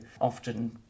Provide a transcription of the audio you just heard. often